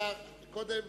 קודם